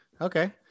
Okay